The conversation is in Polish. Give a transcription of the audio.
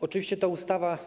Oczywiście ta ustawa.